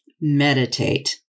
Meditate